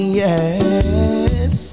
yes